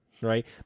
Right